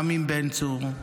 גם עם בן צור.